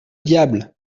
diable